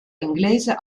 inglese